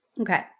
Okay